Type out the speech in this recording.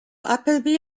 appleby